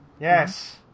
Yes